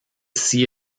see